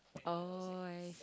oh I